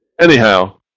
anyhow